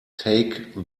take